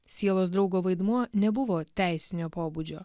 sielos draugo vaidmuo nebuvo teisinio pobūdžio